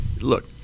Look